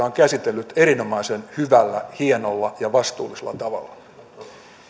on käsitellyt vaikeita asioita erinomaisen hyvällä hienolla ja vastuullisella tavalla